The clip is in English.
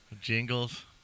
Jingles